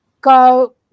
go